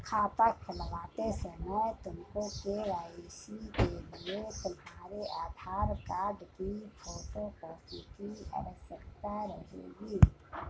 खाता खुलवाते समय तुमको के.वाई.सी के लिए तुम्हारे आधार कार्ड की फोटो कॉपी की आवश्यकता रहेगी